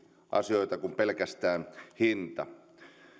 asioita kuin pelkästään hinta